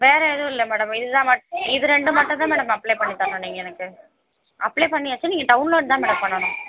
வேறு எதுவும் இல்லை மேடம் இதுதான் இது ரெண்டு மட்டும்தான் மேடம் அப்ளை பண்ணித்தரணும் நீங்கள் எனக்கு அப்ளை பண்ணியாச்சு நீங்கள் டவுன்லோட்தான் மேடம் பண்ணணும்